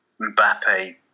Mbappe